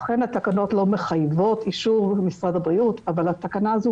אכן התקנות לא מחייבות את אישור משרד הבריאות אבל התקנה הזו